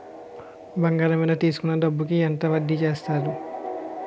బంగారం మీద తీసుకున్న డబ్బు కి ఎంత వడ్డీ వేస్తారు?